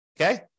okay